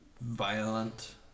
violent